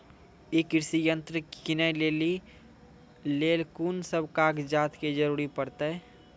ई कृषि यंत्र किनै लेली लेल कून सब कागजात के जरूरी परतै?